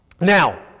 Now